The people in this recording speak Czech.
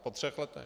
Po třech letech.